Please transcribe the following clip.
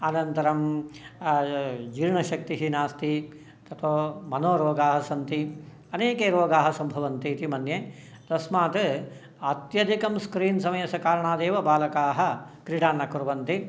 अनन्तरं जीर्णशक्तिः नास्ति तत् मनोरोगाः सन्ति अनेके रोगाः सम्भवन्तीति मन्ये तस्मात् अत्यधिकं स्क्रीन् समयस्य कारणादेव बालकाः क्रीडां न कुर्वन्ति